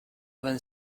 vingt